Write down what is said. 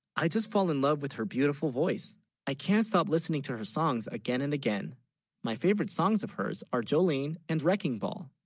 i? just fall in love with her beautiful voice i can't stop listening to her, songs again and again my, favorite songs of hers are jolene and wrecking ball